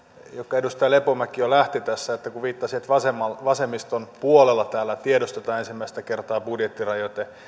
johonka edustaja lepomäki jo lähti tässä kun viittasi että vasemmiston puolella täällä tiedostetaan ensimmäistä kertaa budjettirajoite